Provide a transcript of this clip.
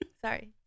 sorry